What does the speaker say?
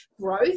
growth